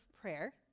prayer